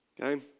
Okay